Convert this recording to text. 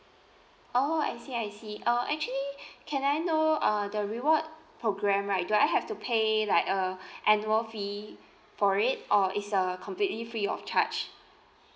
oh I see I see uh actually can I know uh the reward programme right do I have to pay like a annual fee for it or is a completely free of charge